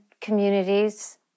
communities